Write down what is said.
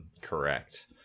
correct